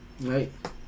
right